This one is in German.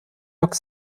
york